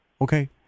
okay